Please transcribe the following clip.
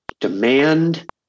Demand